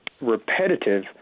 repetitive